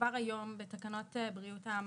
קודם כל כבר היום בתקנות בריאות העם,